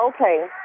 Okay